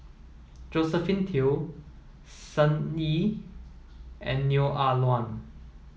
Josephine Teo Sun Yee and Neo Ah Luan